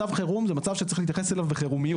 מצב חירום זה מצב שצריך להתייחס אליו בחירומיות.